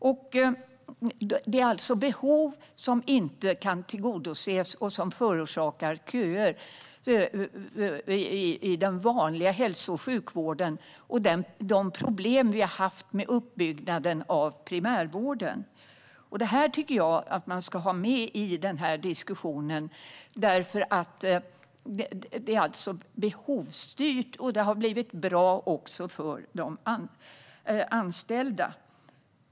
Det handlar alltså om behov som inte kan tillgodoses, vilket förorsakar köer i den vanliga hälso och sjukvården, och om de problem vi har haft med uppbyggnaden av primärvården. Detta tycker jag att man ska ha med i diskussionen. Det är alltså behovsstyrt, och det har blivit bra också för de anställda.